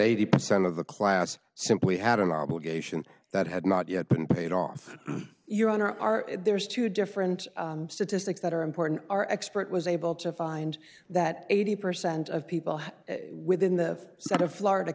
eighty percent of the class simply had an obligation that had not yet been paid off your honor our there's two different statistics that are important our expert was able to find that eighty percent of people within the state of florida